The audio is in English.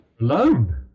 alone